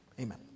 Amen